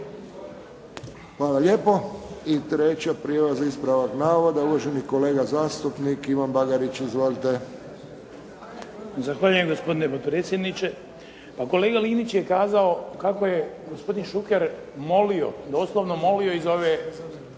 Hvala lijepo. I treća prijava za ispravak navoda, uvaženi kolega zastupnik Ivan Bagarić. Izvolite. **Bagarić, Ivan (HDZ)** Zahvaljujem gospodine potpredsjedniče. Pa kolega Linić je kazao kako je gospodin Šuker molio, doslovno molio iz ove